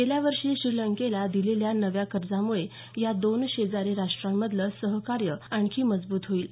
गेल्या वर्षी श्रीलंकेला दिलेल्या नव्या कर्जामुळे या दोन शेजारी राष्ट्रांमधलं सहकार्य आणखी मजबूत होईल